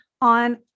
on